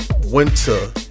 winter